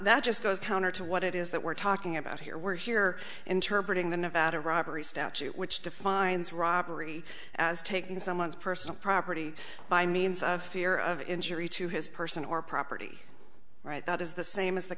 that just goes counter to what it is that we're talking about here we're here interpret ing the nevada robbery statute which defines robbery as taking someone's personal property by means of fear of injury to his person or property right that is the same as the